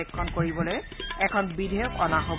বেক্ষণ কৰিবলৈ এখন বিধেয়ক অনা হ'ব